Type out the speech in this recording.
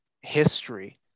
history